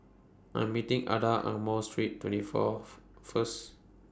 I'm meeting Adah Ang Mo Street twenty Fourth First